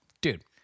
Dude